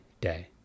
day